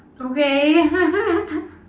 okay